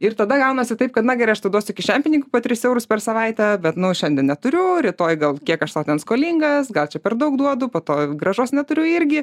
ir tada gaunasi taip kad na gerai aš tau duosiu duoti kišenpinigių po tris eurus per savaitę bet nu šiandien neturiu rytoj gal kiek aš tau ten skolingas gal čia per daug duodu po to grąžos neturiu irgi